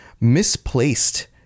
misplaced